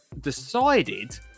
decided